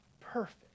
perfect